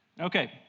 Okay